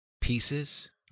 pieces